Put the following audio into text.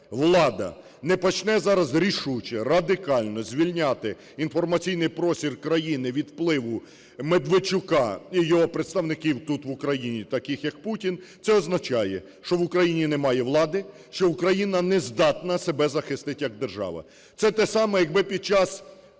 влада не почне зараз рішуче, радикально звільняти інформаційний простір країни від впливу Медведчука і його представників тут в Україні, таких як Путін, це означає, що в Україні немає влади, що Україна не здатна себе захистити як держава. Це те саме, якби під час